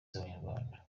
z’abanyarwanda